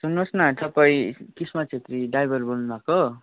सुन्नुहोस् न तपाईँ किस्मत छेत्री ड्राइभर बोल्नुभएको